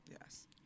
Yes